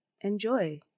enjoy